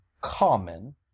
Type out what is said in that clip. common